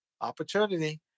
Opportunity